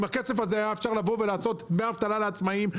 עם הכסף הזה היה אפשר לעשות דמי אבטלה לעצמאים,